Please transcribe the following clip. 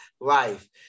life